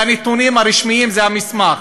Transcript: אלה הנתונים הרשמיים, זה המסמך.